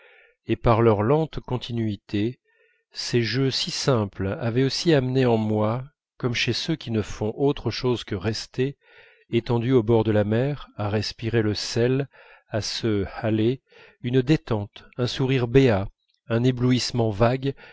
et par leur lente continuité ces jeux si simples avaient aussi amené en moi comme chez ceux qui ne font autre chose que rester étendus au bord de la mer à respirer le sel à se hâler une détente un sourire béat un éblouissement vague